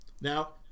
Now